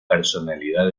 personalidad